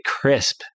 crisp